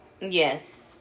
Yes